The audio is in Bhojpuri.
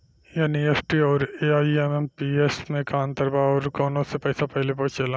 एन.ई.एफ.टी आउर आई.एम.पी.एस मे का अंतर बा और आउर कौना से पैसा पहिले पहुंचेला?